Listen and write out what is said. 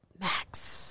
Max